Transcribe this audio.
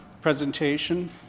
presentation